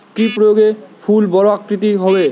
কি প্রয়োগে ফুল বড় আকৃতি হবে?